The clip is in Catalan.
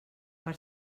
per